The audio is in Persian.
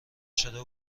شده